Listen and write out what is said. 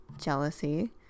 jealousy